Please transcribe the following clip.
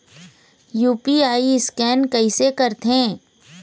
UPI scan कइसे करथे?